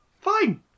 Fine